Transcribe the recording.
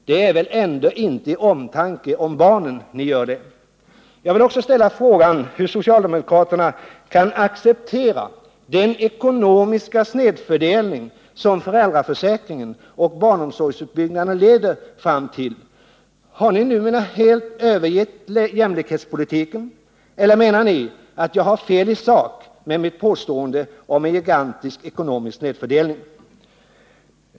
Det är väl ändå inte av omtanke om barnen som ni gör det? omsorgsutbyggnaden leder fram till. Har ni numera helt övergett jämlikhetspolitiken, eller menar ni att jag har fel i sak med mitt påstående om en gigantisk ekonomisk snedfördelning?